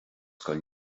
scoil